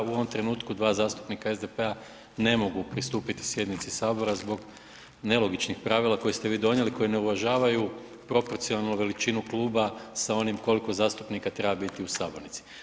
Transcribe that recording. U ovom trenutku 2 zastupnika SDP-a ne mogu pristupiti sjednici sabora zbog nelogičnih pravila koje ste vi donijeli koji ne uvažavaju proporcionalnu veličinu kluba sa onim koliko zastupnika treba biti u sabornici.